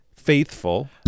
faithful